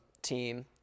team